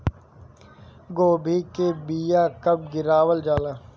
गोभी के बीया कब गिरावल जाला?